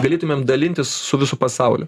galėtumėm dalintis su visu pasauliu